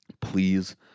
please